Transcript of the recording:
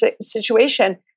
situation